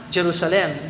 Jerusalem